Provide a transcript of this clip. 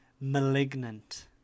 Malignant